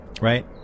Right